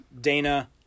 Dana